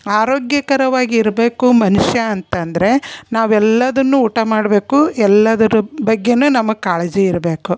ಆರೋಗ್ಯಕರವಾಗಿ ಇರಬೇಕು ಮನುಷ್ಯ ಅಂತಂದರೆ ನಾವೆಲ್ಲದನ್ನು ಊಟ ಮಾಡಬೇಕು ಎಲ್ಲದರ ಬಗ್ಗೆಯೂ ನಮಗೆ ಕಾಳಜಿ ಇರಬೇಕು